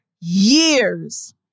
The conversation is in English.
years